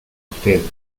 usted